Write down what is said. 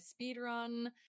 speedrun